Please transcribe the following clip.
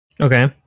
Okay